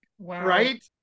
Right